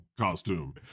costume